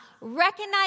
recognize